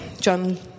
John